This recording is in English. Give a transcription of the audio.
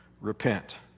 Repent